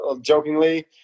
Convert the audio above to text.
jokingly